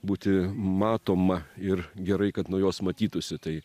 būti matoma ir gerai kad nuo jos matytųsi tai